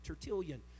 Tertullian